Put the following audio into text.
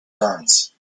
burns